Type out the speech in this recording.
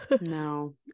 no